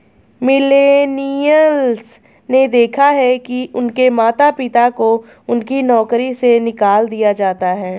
millennials ने देखा है कि उनके माता पिता को उनकी नौकरी से निकाल दिया जाता है